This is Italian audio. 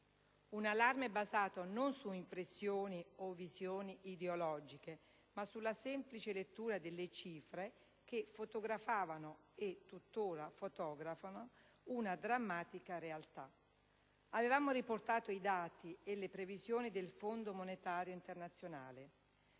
un allarme, basato non su impressioni o visioni ideologiche, ma sulla semplice lettura delle cifre che fotografavano e tuttora fotografano una drammatica realtà. Avevamo riportato i dati e le previsioni del Fondo monetario: disoccupazione